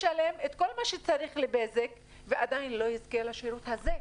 אזרח במדינה לשלם את כל מה שצריך לבזק ועדיין לא אזכה לשירות הזה.